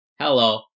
Hello